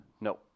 No